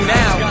now